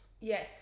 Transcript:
yes